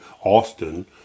austin